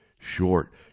short